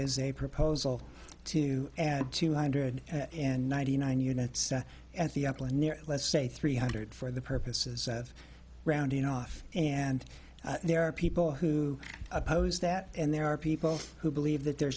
is a proposal to add two hundred and ninety nine units at the upland near let's say three hundred for the purposes of rounding off and there are people who oppose that and there are people who believe that there